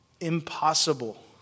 impossible